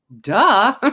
Duh